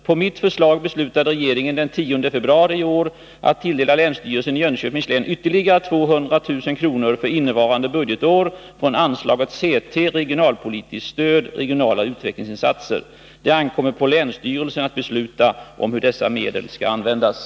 På mitt förslag beslutade regeringen den 10 februari 1983 att tilldela länsstyrelsen i Jönköpings län ytterligare 200 000 kr. för innevarande budgetår från anslaget C 3. Regionalpolitiskt stöd: Regionala utvecklingsinsatser. Det ankommer på länsstyrelsen att besluta om hur dessa medel skall användas.